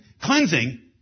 cleansing